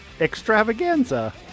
Extravaganza